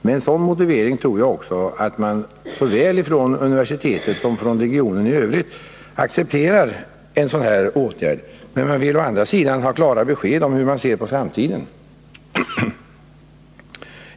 Med den motiveringen tror jag också att en sådan åtgärd accepteras såväl från universitetet som från regionen i övrigt, vilka emellertid å andra sidan vill ha klara besked om hur man ser på framtiden.